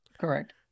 Correct